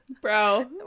bro